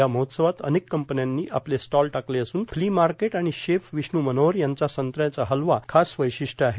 या महोत्सवात अनेक कंपन्यांनी आपले स्टॉल टाकले असून फ्ली मार्केट आणि शेफ विष्णू मनोहर यांचा संत्र्यांचा हलवा हे आजच्या महोत्सवाचं खास वैशिष्ट्य आहे